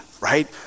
right